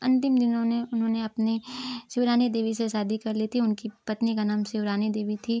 अंतिम दिनों ने उन्होंने अपनी शिवरानी देवी से शादी कर ली थी उनकी पत्नी का नाम शिवरानी देवी थी